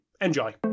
Enjoy